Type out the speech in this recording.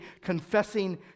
confessing